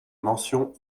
mention